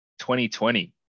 2020